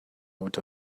out